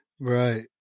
Right